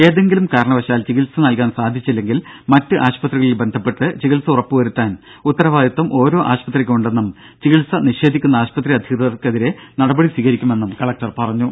ഏതെങ്കിലും കാരണവശാൽ ചികിത്സ നൽകാൻ സാധിച്ചില്ലെങ്കിൽ മറ്റ് ആശുപത്രികളിൽ ബന്ധപ്പെട്ട് ചികിത്സ ഉറപ്പുവരുത്താൻ ഉത്തരവാദിത്വം ഓരോ ആശുപത്രിക്കുമുണ്ടെന്നും ചികിത്സ നിഷേധിക്കുന്ന ആശുപത്രി അധികൃതർക്കെതിരെ നടപടി സ്വീകരിക്കുമെന്നും കലക്ടർ പറഞ്ഞു